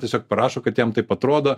tiesiog parašo kad jam taip atrodo